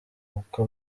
uko